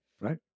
Right